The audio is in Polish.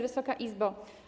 Wysoka Izbo!